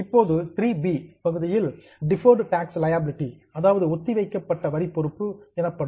இப்போது 3 பி பகுதியில் deferred tax liability ஒத்திவைக்கப்பட்ட வரி பொறுப்பு காணப்படும்